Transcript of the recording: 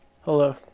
Hello